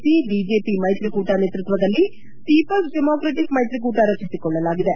P BJP ಮೈತ್ರಿಕೂಟ ನೇತೃತ್ವದಲ್ಲಿ people's democratic ಮೈತ್ರಿಕೂಟ ರಚಿಸಿಕೊಳ್ಳಲಾಗಿದೆ